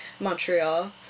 Montreal